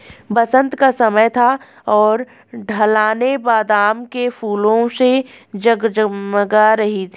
बसंत का समय था और ढलानें बादाम के फूलों से जगमगा रही थीं